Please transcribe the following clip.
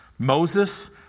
Moses